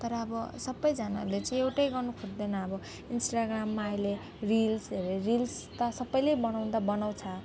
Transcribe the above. तर अब सबैजनाले चाहिँ एउटै गर्नु खोज्दैन अब इन्स्टाग्राममा अहिले रिल्सहरू रिल्स त सबैले बनाउन त बनाउँछ